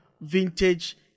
vintage